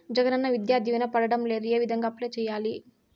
జగనన్న విద్యా దీవెన పడడం లేదు ఏ విధంగా అప్లై సేయాలి